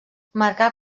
marcà